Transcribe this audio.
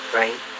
right